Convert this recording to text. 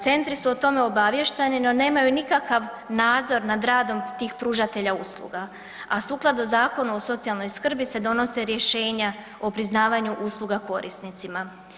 Centri su o tome obaviješteni, no nemaju nikakav nadzor nad radom tih pružatelja usluga, a sukladno Zakonu o socijalnoj skrbi se donose rješenja o priznavanju usluga korisnicima.